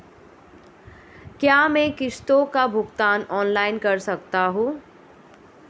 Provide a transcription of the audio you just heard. क्या मैं किश्तों का भुगतान ऑनलाइन कर सकता हूँ?